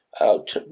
out